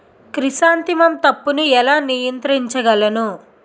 Chrysanthemum తప్పును ఎలా నియంత్రించగలను?